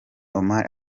omar